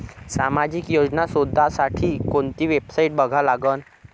सामाजिक योजना शोधासाठी कोंती वेबसाईट बघा लागन?